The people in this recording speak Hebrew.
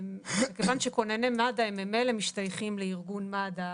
מכיוון שכונני מד"א הם ממילא משתייכים לארגון מד"א,